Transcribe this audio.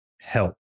help